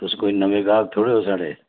तुस कोई नमें गाह्क थोह्ड़े ओ साढ़े